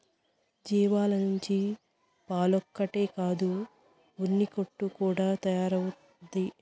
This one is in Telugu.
జీవాల నుంచి పాలొక్కటే కాదు ఉన్నికోట్లు కూడా తయారైతవి